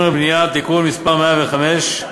והבנייה (תיקון מס' 105),